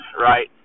right